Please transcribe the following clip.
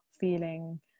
feeling